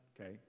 okay